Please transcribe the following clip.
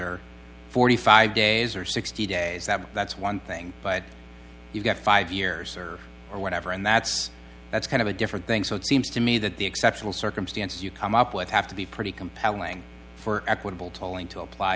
or forty five days or sixty days that that's one thing but you get five years or whatever and that's that's kind of a different thing so it seems to me that the exceptional circumstance you come up with have to be pretty compelling for equitable tolling to apply